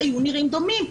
היו נראים דומים.